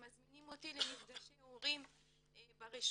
הם מזמינים אותי למפגשי הורים ברשויות,